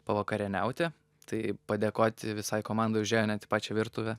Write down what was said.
pavakarieniauti tai padėkoti visai komandai užėjo net į pačią virtuvę